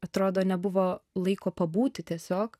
atrodo nebuvo laiko pabūti tiesiog